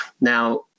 Now